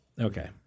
Okay